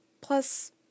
Plus